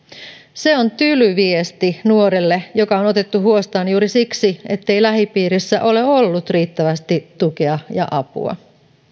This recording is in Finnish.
se on tyly viesti nuorelle joka on otettu huostaan juuri siksi ettei lähipiirissä ole ollut riittävästi tukea ja apua